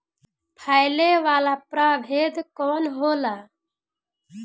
फैले वाला प्रभेद कौन होला?